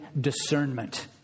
discernment